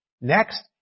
Next